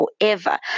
forever